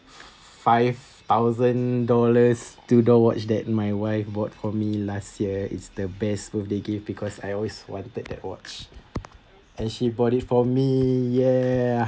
five thousand dollars tudor watch that my wife bought for me last year it's the best birthday gift because I always wanted that watch and she bought it for me ya